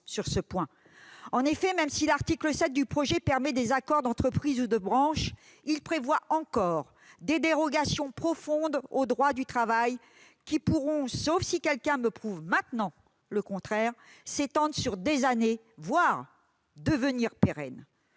En effet, même si l'article 7 du projet de loi permet des accords d'entreprise ou de branche, il prévoit encore des dérogations profondes au droit du travail, qui pourront- sauf si quelqu'un me prouve le contraire maintenant ...-, s'étendre sur des années, voire devenir permanentes.